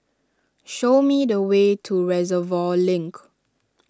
show me the way to Reservoir Link